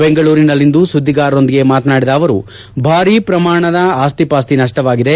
ಬೆಂಗಳೂರಿನಲ್ಲಿಂದು ಸುದ್ಲಿಗಾರರೊಂದಿಗೆ ಮಾತನಾಡಿದ ಅವರು ಭಾರಿ ಪ್ರಮಾಣ ಆಸ್ತಿಪಾಸ್ತಿಗೆ ನಷ್ಷವಾಗಿದೆ